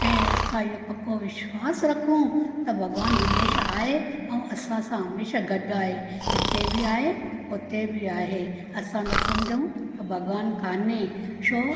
ऐं असां इहो पको विश्वास रखूं त भॻवानु हमेशह आहे ऐं असां सां हमेशह गॾु आहे हिते बि आहे हुते बि आहे असां त समुझऊं त भॻवानु काने छो